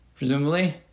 Presumably